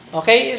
okay